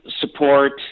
support